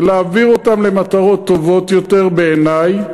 ולהעביר אותם למטרות טובות יותר בעיני,